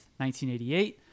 1988